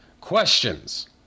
questions